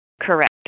Correct